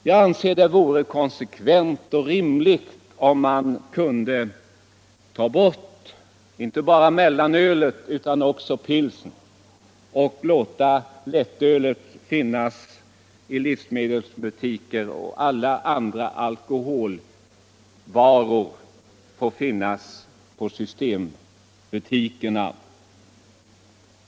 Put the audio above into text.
Jag anser det vore konsekvent och rimligt att ta bort inte bara mellanölet utan också pilsnern från livsmedelsbutikerna och bara låta lättölet få finnas kvar.